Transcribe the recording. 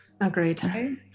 Agreed